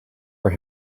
for